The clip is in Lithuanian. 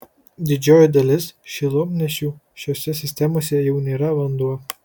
didžioji dalis šilumnešių šiose sistemose jau nėra vanduo